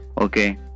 okay